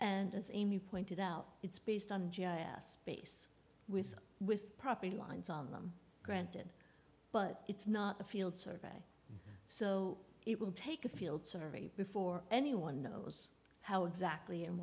and as amy pointed out it's based on g i aspace with with property lines on them granted but it's not a field survey so it will take a field survey before anyone knows how exactly and